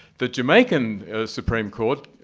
the jamaican supreme court,